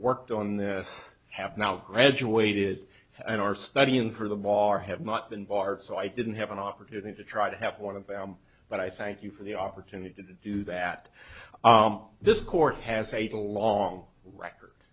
worked on this have now graduated and are studying for the bar have not been barred so i didn't have an opportunity to try to have one of them but i thank you for the opportunity to do that this court has a little long record